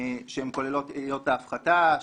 עילות ההפחתה,